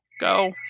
go